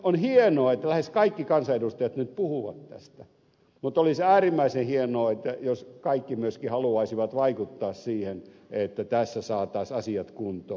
on hienoa että lähes kaikki kansanedustajat nyt puhuvat tästä mutta olisi äärimmäisen hienoa jos kaikki myöskin haluaisivat vaikuttaa siihen että tässä saataisiin asiat kuntoon